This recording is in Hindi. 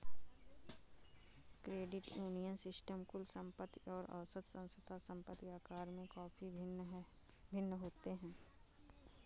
क्रेडिट यूनियन सिस्टम कुल संपत्ति और औसत संस्था संपत्ति आकार में काफ़ी भिन्न होते हैं